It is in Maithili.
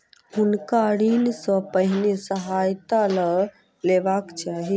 हुनका ऋण सॅ पहिने सहायता लअ लेबाक चाही